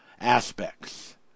aspects